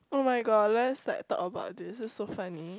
oh my god let's like talk about this this is so funny